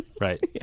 Right